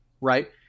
right